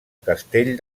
castell